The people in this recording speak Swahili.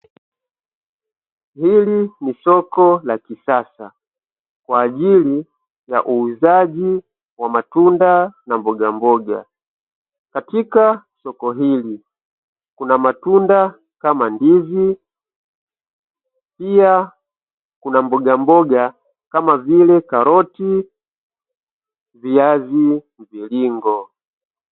Hili ni soko la kisasa kwa ajili ya uuzaji wa matunda na mbogamboga, katika soko hili kuna matunda kama ndizi, pia kuna mbogamboga kama vile; karoti, viazi mviringo.